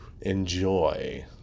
enjoy